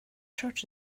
church